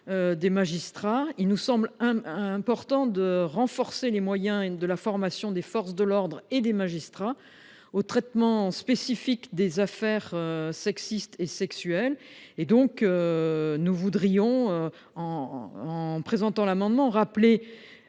des magistrats. Il nous semble important de renforcer les moyens de la formation des forces de l’ordre et des magistrats au traitement spécifique des affaires sexistes et sexuelles. En Espagne, où les juges et les